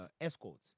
escorts